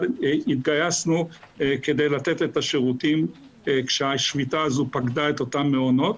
התגייסנו לתת את השירותים כשהשביתה הזאת פקדה את אותם מעונות,